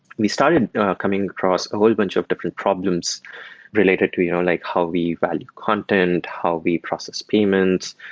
we started coming across a whole bunch of different problems related to you know like how we value content, how we process payments,